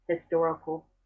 historical